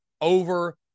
over